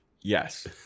yes